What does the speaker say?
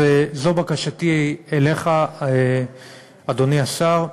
זו בקשתי אליך, אדוני השר.